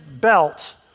belt